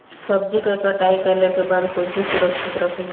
सब्जी क कटाई कईला के बाद में कईसे सुरक्षित रखीं?